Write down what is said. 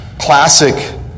classic